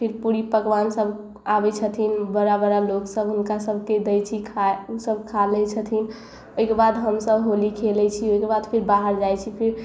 फिर पूरी पकबान सब आबै छथिन बड़ा बड़ा लोकसब हुनका सबके दै छी खाय ओसब खा लै छथिन एहिके बाद हमसब होली खेलाइ छी ओहिके बाद फिर बाहर जाइ छी